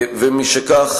ומשכך,